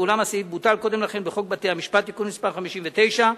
ואולם הסעיף בוטל קודם לכן בחוק בתי-המשפט (תיקון מס' 59),